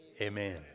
Amen